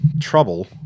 trouble